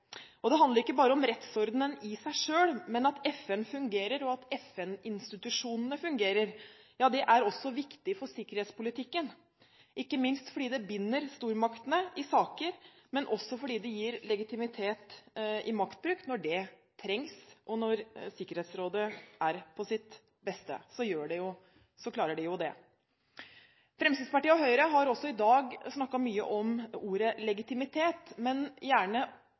Det handler ikke bare om rettsordenen i seg selv, men om at FN og FN-institusjonene fungerer. Ja, det er også viktig for sikkerhetspolitikken, ikke minst fordi det binder stormaktene i saker, men også fordi det gir legitimitet i maktbruk når det trengs. Og når Sikkerhetsrådet er på sitt beste, klarer de jo det. Fremskrittspartiet og Høyre har også i dag snakket mye om ordet «legitimitet», men gjerne